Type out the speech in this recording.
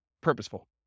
purposeful